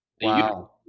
Wow